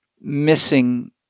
missing